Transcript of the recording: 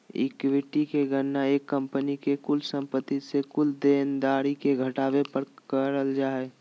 equity के गणना एक कंपनी के कुल संपत्ति से कुल देनदारी के घटावे पर करल जा हय